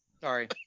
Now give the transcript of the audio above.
Sorry